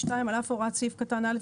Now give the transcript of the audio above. (א2) על אף הוראות סעיף קטן (א),